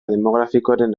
demografikoaren